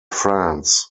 france